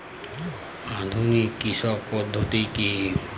আধুনিক কৃষি পদ্ধতি কী?